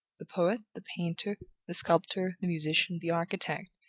the poet, the painter, the sculptor, the musician, the architect,